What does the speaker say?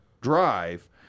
drive